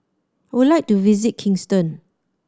would like to visit Kingston